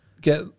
get